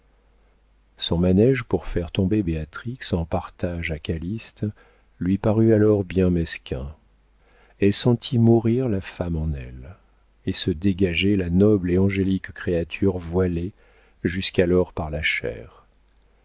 son manége pour faire tomber béatrix en partage à calyste lui parut alors bien mesquin elle sentit mourir la femme en elle et se dégager la noble et angélique créature voilée jusqu'alors par la chair